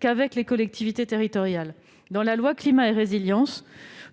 qu'avec les collectivités territoriales. Dans la loi Climat et Résilience,